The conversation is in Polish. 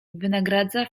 wynagradza